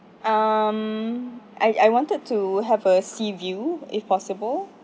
um I I wanted to have a sea view if possible